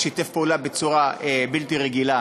הוביל יחד אתך ושיתף פעולה בצורה בלתי רגילה